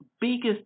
biggest